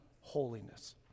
holiness